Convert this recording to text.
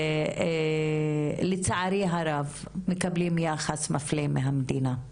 אבל לצערי הרב, מקבלים יחס מפלה מהמדינה.